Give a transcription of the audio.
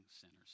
sinners